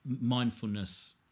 mindfulness